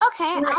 Okay